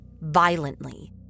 violently